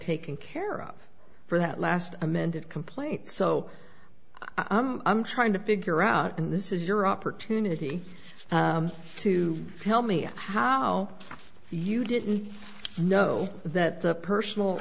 taken care of for that last amended complaint so i'm trying to figure out and this is your opportunity to tell me how you didn't know that the personal